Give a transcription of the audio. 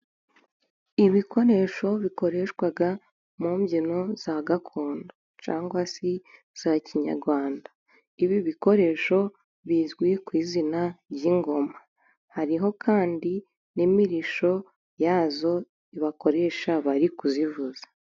Ibikoresho bikoreshwa mu mbyino za gakondo cyangwa se za kinyarwanda. Ibi bikoresho bizwi ku izina ry'ingoma, hariho kandi n'imirisho yazo bakoresha bari kuzivuza.